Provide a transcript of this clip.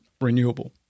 renewable